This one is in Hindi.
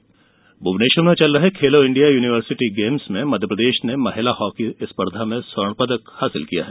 खेलो इंडिया भुवनेश्वर में चल रहे खेलो इंडिया यूनिवर्सिटी गेम्स में मध्यप्रदेश ने महिला हॉकी स्पर्धा में स्वर्ण पदक हासिल किया है